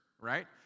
right